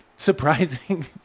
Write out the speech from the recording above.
Surprising